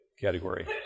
category